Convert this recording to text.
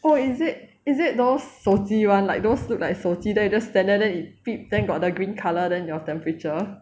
oh is it is it those 手机 [one] like those look like 手机 then you just stand there then it beep then got the green colour then your temperature